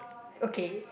okay